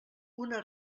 una